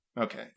okay